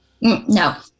no